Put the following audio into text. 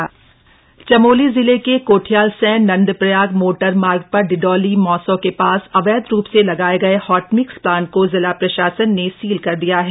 hot mix plant Chamoli जिले के कोठियालसैंण नंदप्रयाग मोटरमार्ग पर डिडोली मासौं के पास अवैध रूप से लगाए गए हॉटमिक्स प्लांट को जिला प्रशासन ने सील कर दिया है